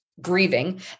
grieving